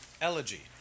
Elegy